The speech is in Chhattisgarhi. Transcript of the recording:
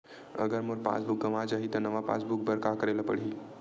अगर मोर पास बुक गवां जाहि त नवा पास बुक बर का करे ल पड़हि?